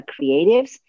creatives